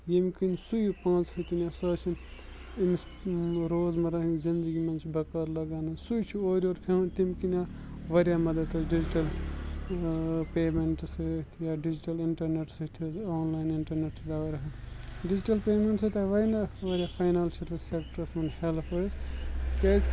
ییٚمہِ کِنۍ سُے پانٛژھ ۂیتِن یا سُٲسیُن أمِس روزمَرہ ہٕنٛزۍ زِندگی منٛز چھِ بَکار لگان حظ سُے چھُ اورٕ یورٕ پیٚون تیٚمہِ کِنۍ آ واریاہ مَدد حظ ڈِجٹَل پیٚمنٛٹہٕ سۭتۍ یا ڈِجٹَل اِنٹَرنیٹ سۭتۍ حظ آنلاین اِنٹَرنیٹ دو ڈِجٹَل پیمنٹ سۭتۍ آ واریاہ واریاہ فاینانشَل سیٮ۪کٹرَس منٛز ہیٚلٕپ حظ تِکیٛازِ